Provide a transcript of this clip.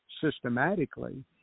systematically